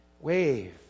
Wave